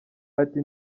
ati